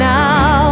now